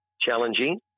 challenging